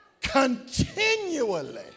Continually